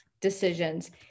decisions